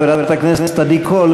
חברת הכנסת עדי קול,